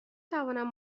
توانم